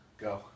go